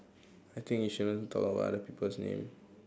I think we shouldn't talk about other people's name